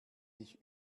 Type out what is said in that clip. dich